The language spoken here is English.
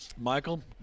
Michael